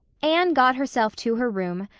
anne got herself to her room,